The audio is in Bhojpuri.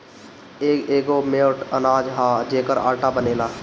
इ एगो मोट अनाज हअ जेकर आटा बनेला